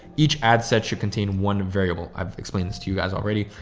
each ad set should contain one variable. i've explained this to you as already.